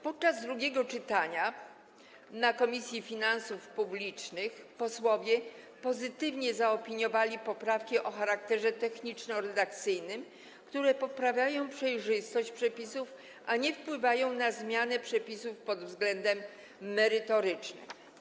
Podczas drugiego czytania w Komisji Finansów Publicznych posłowie pozytywnie zaopiniowali poprawki o charakterze techniczno-redakcyjnym, które poprawiają przejrzystość przepisów, a nie wpływają na zmianę przepisów pod względem merytorycznym.